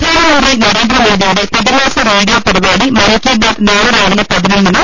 പ്രധാനമന്ത്രി നരേന്ദ്രമോദിയുടെ പ്രതിമാസ റേഡിയോ പരിപാടി മൻ കി ബാത് നാളെ രാവിലെ പതിനൊന്നിന്